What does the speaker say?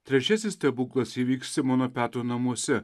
trečiasis stebuklas įvyks simono petro namuose